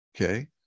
Okay